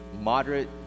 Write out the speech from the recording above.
moderate